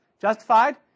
Justified